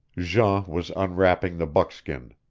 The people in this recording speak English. jean was unwrapping the buckskin,